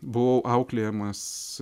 buvau auklėjamas